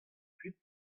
kuit